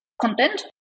content